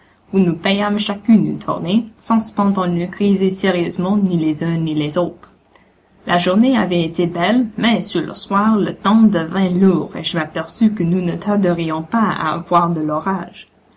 nous payâmes chacun une tournée sans cependant nous griser sérieusement ni les uns ni les autres la journée avait été belle mais sur le soir le temps devint lourd et je m'aperçus que nous ne tarderions pas à avoir de l'orage